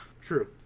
True